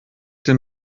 den